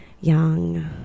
Young